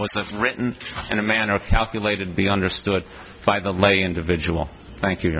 what's written in a manner calculated to be understood by the lay individual thank you